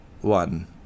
one